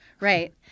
Right